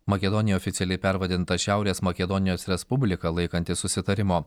makedonija oficialiai pervadinta šiaurės makedonijos respublika laikantis susitarimo